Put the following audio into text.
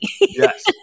Yes